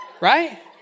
Right